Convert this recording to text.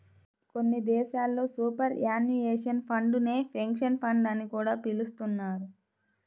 కొన్ని దేశాల్లో superannuation fund నే పెన్షన్ ఫండ్ అని కూడా పిలుస్తున్నారు